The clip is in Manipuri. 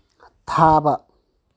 ꯊꯥꯕ